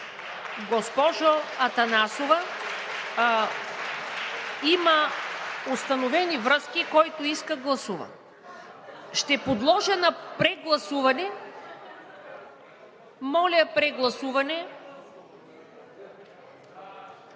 Госпожо Атанасова, има установени връзки – който иска, гласува. Ще подложа на прегласуване. Моля, прегласуване.